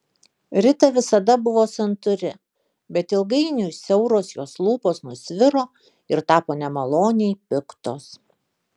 rita visada buvo santūri bet ilgainiui siauros jos lūpos nusviro ir tapo nemaloniai piktos